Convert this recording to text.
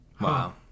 Wow